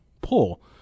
pull